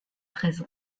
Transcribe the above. treize